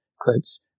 Quotes